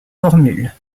formule